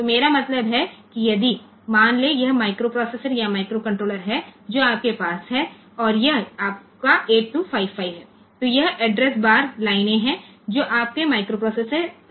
तो मेरा मतलब है कि यदि मान लें यह माइक्रोप्रोसेसर या माइक्रोकंट्रोलर है जो आपके पास है और यह आपका 8255 है तो यह एड्रेस बार लाइनें हैं जो आपके माइक्रोप्रोसेसर से निकल रही हैं